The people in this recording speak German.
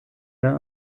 der